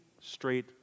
straight